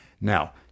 Now